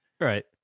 Right